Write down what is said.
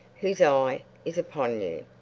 whose eye is upon you,